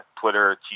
Twitter